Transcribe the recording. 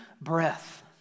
breath